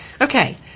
Okay